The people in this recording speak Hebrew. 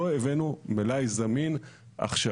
לא הבאנו מלאי זמין עכשיו